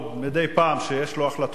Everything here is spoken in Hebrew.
לעמוד, מדי פעם, כשיש לו החלטות חשובות,